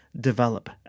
develop